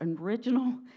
original